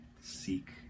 seek